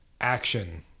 action